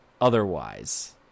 otherwise